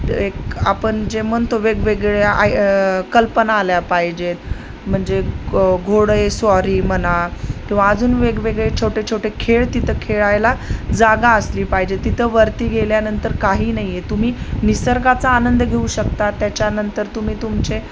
एक आपण जे म्हणतो वेगवेगळ्या आय कल्पना आल्या पाहिजेत म्हणजे घोडेस्वारी म्हणा किंवा अजून वेगवेगळे छोटे छोटे खेळ तिथं खेळायला जागा असली पाहिजे तिथं वरती गेल्यानंतर काही नाहीये तुम्ही निसर्गाचा आनंद घेऊ शकता त्याच्यानंतर तुम्ही तुमचे